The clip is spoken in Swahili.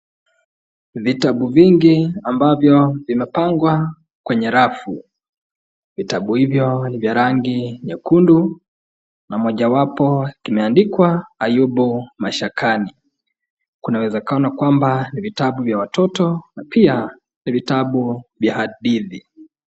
Vitabu vingi ambavyo vimepangwa kwenye rafu. Vitabu hivyo ni vya rangi nyekundu na moja wapo kimeandikwa Ayubu Mashakani. Kuna wezekano kuiwa ni vitabu vya watoto na pia ni vitabu vya hadithi.